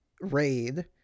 raid